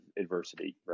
adversity